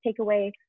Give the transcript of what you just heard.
takeaway